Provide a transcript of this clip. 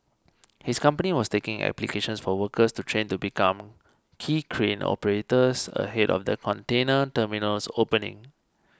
his company was taking applications for workers to train to become quay crane operators ahead of the container terminal's opening